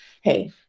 hey